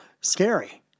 scary